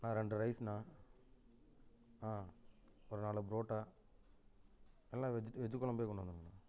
அண்ணா ரெண்டு ரைஸ்ண்ணால் ஆ ஒரு நாலு புரோட்டா எல்லாம் வெஜ் வெஜ் குழம்பே கொண்டு வந்திருங்கண்ணா